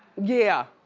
yeah.